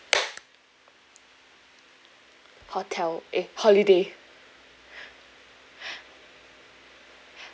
hotel eh holiday